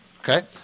Okay